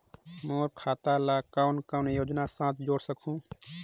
मोर खाता ला कौन कौन योजना साथ जोड़ सकहुं?